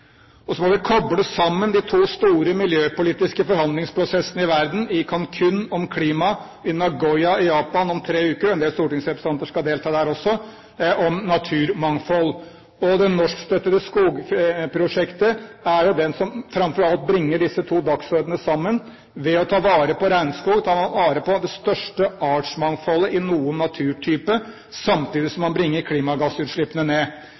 senere. Så må vi koble sammen de to store miljøpolitiske forhandlingsprosessene i verden, i Cancun om klima og i Nagoya i Japan om tre uker – en del stortingsrepresentanter skal delta der også – om naturmangfold. Og det norskstøttede skogprosjektet er jo det som framfor alt bringer disse to dagsordenene sammen. Ved å ta vare på regnskog tar man vare på det største artsmangfoldet i noen naturtype, samtidig som man bringer klimagassutslippene ned.